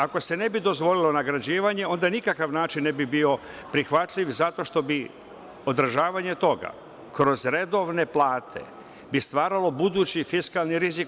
Ako se ne bi dozvolilo nagrađivanje, onda nikakav način ne bi bio prihvatljiv, zato što bi odražavanje toga kroz redovne plate stvaralo budući fiskalni rizik.